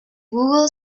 google